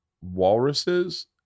walruses